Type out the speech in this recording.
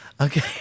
Okay